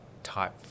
type